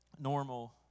Normal